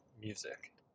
music